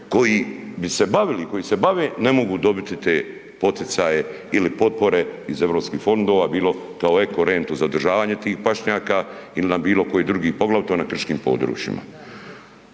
koji bi se bavili i koji se bave ne mogu dobiti te poticaje ili potpore iz europskih fondova, bilo kao eko rentu za održavanje tih pašnjaka ili na bilo koji drugi, poglavito na krškim područjima.